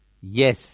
yes